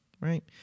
right